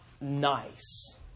nice